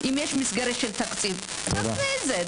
אם יש מסגרת של תקציב תעשו את זה.